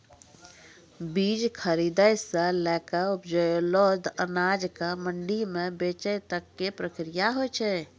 बीज खरीदै सॅ लैक उपजलो अनाज कॅ मंडी म बेचै तक के प्रक्रिया हौय छै